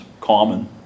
common